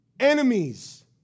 enemies